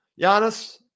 Giannis